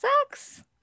sucks